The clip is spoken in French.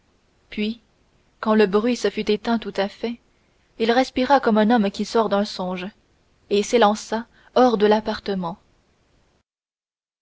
puis quand le bruit se fut éteint tout à fait il respira comme un homme qui sort d'un songe et s'élança hors de l'appartement